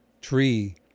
tree